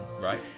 Right